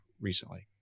recently